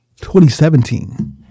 2017